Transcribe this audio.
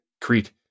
Crete